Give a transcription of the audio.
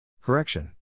Correction